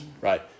Right